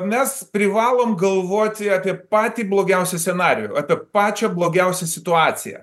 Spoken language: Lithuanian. mes privalom galvoti apie patį blogiausią scenarijų apie pačią blogiausią situaciją